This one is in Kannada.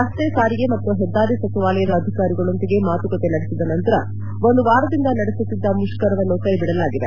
ರಸ್ತೆ ಸಾರಿಗೆ ಮತ್ತು ಪೆದ್ದಾರಿ ಸಚಿವಾಲಯದ ಅಧಿಕಾರಿಗಳೊಂದಿಗೆ ಮಾತುಕತೆ ನಡೆಸಿದ ನಂತರ ಒಂದು ವಾರದಿಂದ ನಡೆಸುತ್ತಿದ್ದ ಿಷ್ಠರವನ್ನು ಕೈ ಬಿಡಲಾಗಿದೆ